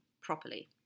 properly